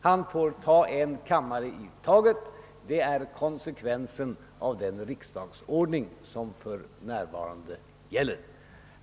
Han får ta en kammare i taget — det är konse:- kvensen av den riksdagsordning som för närvarande gäller.